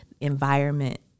environment